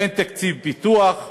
אין תקציב פיתוח,